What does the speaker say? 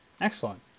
Excellent